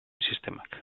sistemak